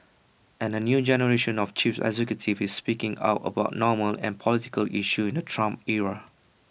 and A new generation of chief executives is speaking out about normal and political issues in the Trump era